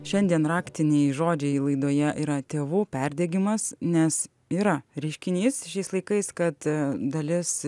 šiandien raktiniai žodžiai laidoje yra tėvų perdegimas nes yra reiškinys šiais laikais kad dalis